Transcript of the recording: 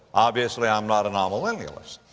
obviously, i am not an amillennialist.